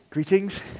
Greetings